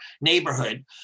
neighborhood